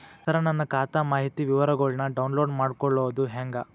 ಸರ ನನ್ನ ಖಾತಾ ಮಾಹಿತಿ ವಿವರಗೊಳ್ನ, ಡೌನ್ಲೋಡ್ ಮಾಡ್ಕೊಳೋದು ಹೆಂಗ?